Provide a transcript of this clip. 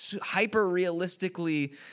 hyper-realistically